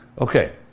Okay